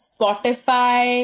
Spotify